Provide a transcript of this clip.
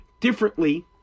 differently